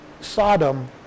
Sodom